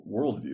worldview